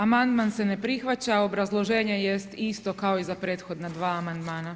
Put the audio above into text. Amandman se ne prihvaća, obrazloženje jest isto kao i za prethodna dva amandmana.